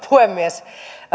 puhemies